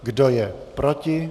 Kdo je proti?